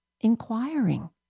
inquiring